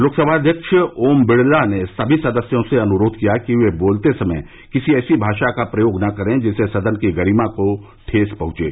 लोकसभा अध्यक्ष ओम बिड़ला ने सभी सदस्यों से अनुरोध किया कि वे बोलते समय किसी ऐसी भाषा का प्रयोग न करें जिससे सदन की गरिमा को ठेस पहुंचे